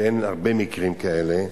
ואין הרבה מקרים כאלה,